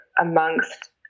amongst